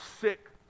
sick